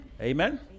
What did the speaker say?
Amen